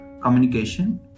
communication